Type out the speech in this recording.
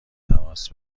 تماس